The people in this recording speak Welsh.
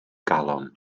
galon